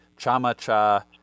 Chama-Cha